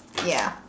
ya